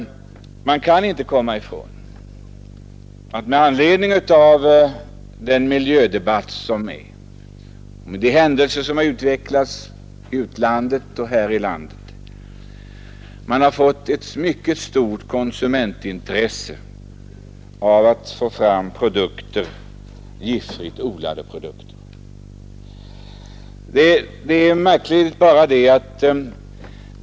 Man kan inte komma ifrån att vi med anledning av den miljödebatt som pågår och de händelser som inträffat i utlandet och här hemma fått ett mycket stort konsumentintresse för giftfritt odlade produkter.